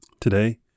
today